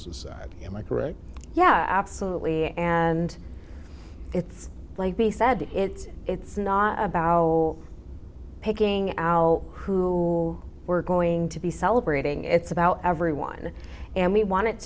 is am i correct yeah absolutely and it's like be said it's it's not a bow picking out who we're going to be celebrating it's about everyone and we want it